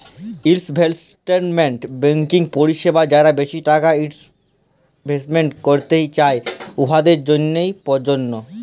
investment banking পরিছেবা যারা বেশি টাকা ইলভেস্ট ক্যইরতে চায়, উয়াদের জ্যনহে পরযজ্য